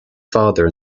father